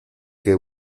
que